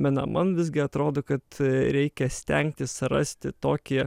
menam man visgi atrodo kad reikia stengtis rasti tokį